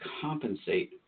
compensate